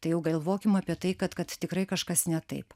tai jau galvokim apie tai kad kad tikrai kažkas ne taip